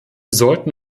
sollten